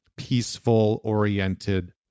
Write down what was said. peaceful-oriented